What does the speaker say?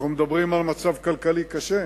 אנחנו מדברים על מצב כלכלי קשה.